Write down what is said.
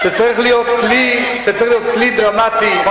שצריך להיות כלי דרמטי, איפה